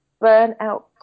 burnout